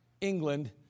England